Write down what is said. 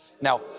Now